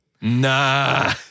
Nah